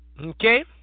okay